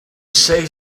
say